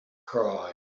cry